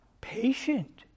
Patient